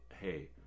hey